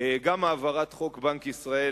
גם העברת חוק בנק ישראל,